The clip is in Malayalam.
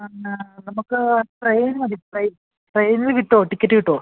എന്നാൽ നമുക്ക് ട്രെയിൻ മതി ട്രെയിൻ ട്രെയിനിന് കിട്ടുമോ ടിക്കറ്റ് കിട്ടുമോ